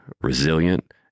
resilient